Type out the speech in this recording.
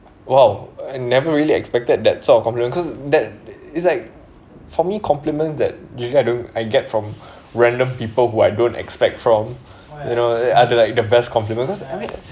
!wow! I never really expected that sort of compliment cause that is like for me compliment is that you got to I get from random people who I don't expect from you know are the like the best compliment cause I mean